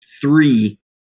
three